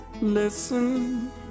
Listen